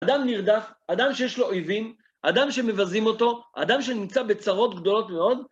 אדם נרדף, אדם שיש לו אויבים, אדם שמבזים אותו, אדם שנמצא בצרות גדולות מאוד.